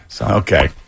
Okay